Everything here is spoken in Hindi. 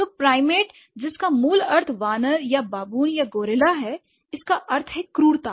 तो प्राइमेट जिसका मूल अर्थ वानर या बाबून या गोरिल्ला है इसका अर्थ है क्रूरता